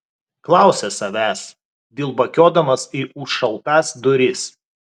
klausė savęs dilbakiuodamas į užšautas duris